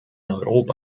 europa